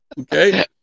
Okay